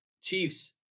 Chiefs